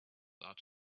out